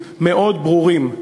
ברורים.